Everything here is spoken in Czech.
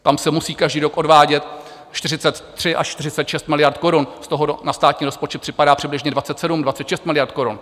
Tam se musí každý rok odvádět 43 až 46 miliard korun, z toho na státní rozpočet připadá přibližně 27, 26 miliard korun.